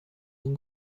این